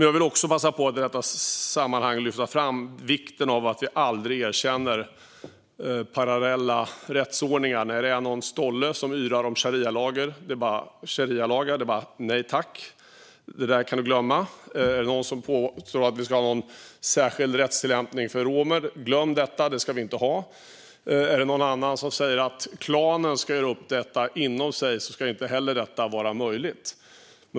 Jag vill också passa på att i detta sammanhang lyfta fram vikten av att vi aldrig erkänner parallella rättsordningar. När någon stolle yrar om sharialagar är det bara nej tack - det där kan du glömma. Är det någon som påstår att vi ska ha någon särskild rättstillämpning för romer - glöm det. Det ska vi inte ha. Är det någon annan som säger att klanen ska göra upp ska inte heller detta vara möjligt.